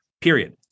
period